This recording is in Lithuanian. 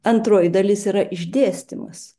antroji dalis yra išdėstymas